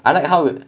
I like how it